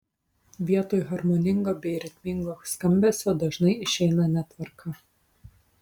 vietoj harmoningo bei ritmingo skambesio dažnai išeina netvarka